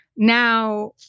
Now